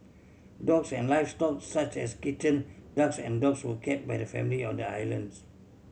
dogs and livestock such as kitchen ducks and dogs were kept by the family on the islands